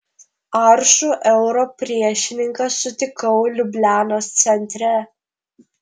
aršų euro priešininką sutikau liublianos centre